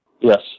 Yes